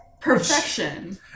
perfection